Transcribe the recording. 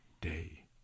day